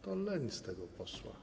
To leń z tego posła.